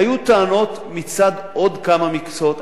היו טענות על עוד כמה מקצועות.